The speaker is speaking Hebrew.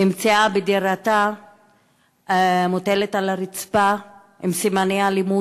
נמצאה בדירתה מוטלת על הרצפה עם סימני אלימות,